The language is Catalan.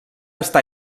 està